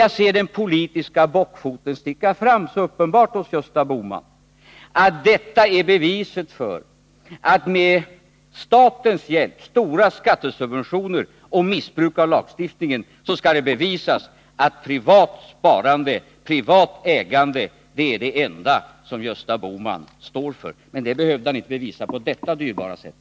Jag ser hur den politiska bockfoten så uppenbart sticker fram hos Gösta Bohman: Med statens hjälp i form av stora skattesubventioner och genom missbruk av lagstiftningen skall det bevisas att privat sparande och privat ägande är det enda som Gösta Bohman står för. Men det behöver han inte visa på detta dyrbara sätt.